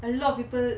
a lot of people